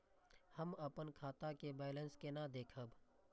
हम अपन खाता के बैलेंस केना देखब?